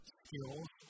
skills